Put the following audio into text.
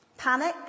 Panic